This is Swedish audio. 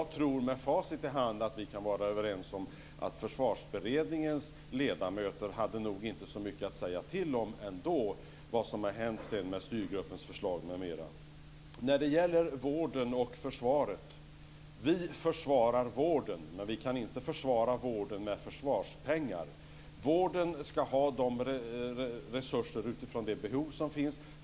Med facit i hand tror jag att vi kan vara överens om att Försvarsberedningens ledamöter nog ändå inte hade så mycket att säga till om när det gäller vad som har hänt med styrgruppens förslag m.m. När det gäller vården och försvaret vill jag säga att vi försvarar vården, men vi kan inte försvara vården med försvarspengar. Vården ska ha resurser utifrån det behov som finns.